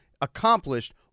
accomplished